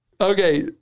Okay